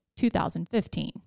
2015